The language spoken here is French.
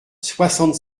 soixante